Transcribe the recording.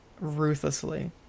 ruthlessly